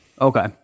Okay